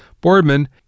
Boardman